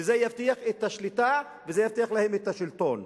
וזה יבטיח את השליטה, וזה יבטיח להם את השלטון.